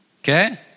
Okay